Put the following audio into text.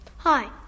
Hi